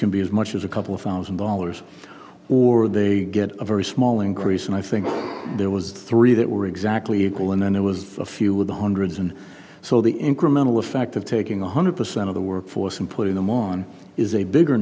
can be as much as a couple of thousand dollars or they get a very small increase and i think there was three that were exactly equal and then there was a few of the hundreds and so the incremental effect of taking one hundred percent of the workforce and putting them on is a bigger